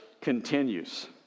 continues